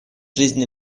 жизни